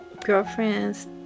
girlfriends